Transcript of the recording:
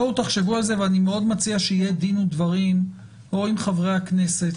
בואו תחשבו על זה ואני מאוד מציע שיהיה דין ודברים או עם חברי הכנסת